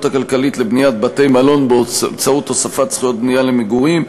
הכלכלית לבניית בתי-מלון באמצעות תוספת זכויות בנייה למגורים,